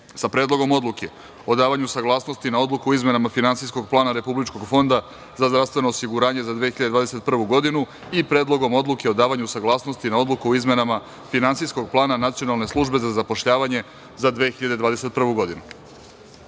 sa Predlogom odluke o davanju saglasnosti na Odluku o izmenama Finansijskog plana Republičkog fonda za zdravstveno osiguranje za 2021. godinu i Predlogom odluke o davanju saglasnosti na Odluku o izmenama Finansijskog plana Nacionalne službe za zapošljavanje za 2021.